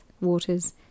waters